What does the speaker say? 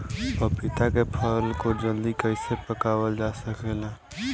पपिता के फल को जल्दी कइसे पकावल जा सकेला?